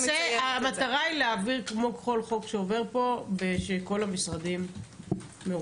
המטרה היא להעביר כמו כל חוק שעובר פה כשכל המשרדים מרוצים.